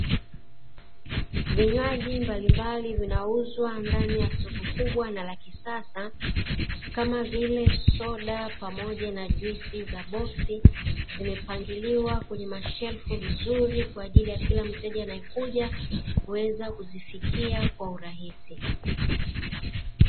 Vinywaji mbalimbali vinauzwa ndani ya soko kubwa na la kisasa kama vile:soda pamoja na juisi za boksi, zimepangiliwa kwenye mashelfu vizuri, kwa ajili ya kila mteja anayekuja, kuweza kuzifikia kwa urahisi.